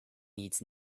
needs